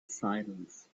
silence